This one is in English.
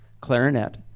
clarinet